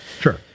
Sure